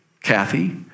Kathy